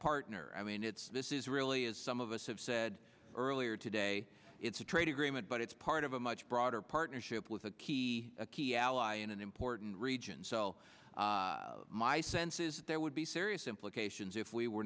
partner i mean it's this is really as some of us have said earlier today it's a trade agreement but it's part of a much broader partnership with a key a key ally in an important region so my sense is there would be serious implications if we were